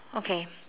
okay